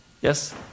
Yes